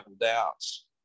doubts